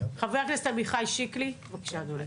חבר הכנסת עמיחי שיקלי, בבקשה, אדוני.